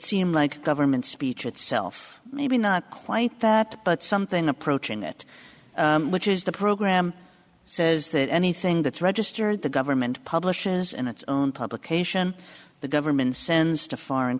seem like government speech itself maybe not quite that but something approaching that which is the program says that anything that's registered the government publishes in its own publication the government sends to foreign